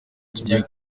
tugiye